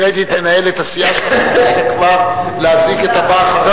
כי ראיתי את מנהלת הסיעה שלך רצה כבר להזעיק את הבא אחריך.